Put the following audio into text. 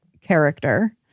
character